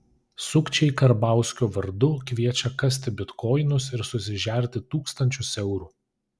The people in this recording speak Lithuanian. sukčiai karbauskio vardu kviečia kasti bitkoinus ir susižerti tūkstančius eurų